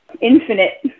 infinite